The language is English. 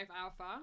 alpha